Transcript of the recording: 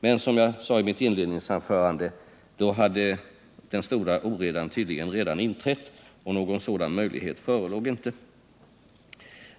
Men, som jag sade i mitt inledningsanförande, då hade den stora oredan tydligen redan inträffat, och någon möjlighet till diskussion förelåg inte.